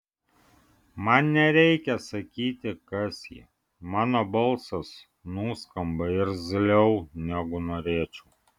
man nereikia sakyti kas ji mano balsas nuskamba irzliau negu norėčiau